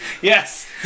yes